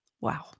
Wow